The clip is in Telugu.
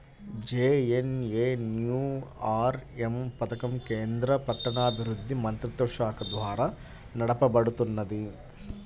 జేఎన్ఎన్యూఆర్ఎమ్ పథకం కేంద్ర పట్టణాభివృద్ధి మంత్రిత్వశాఖ ద్వారా నడపబడుతున్నది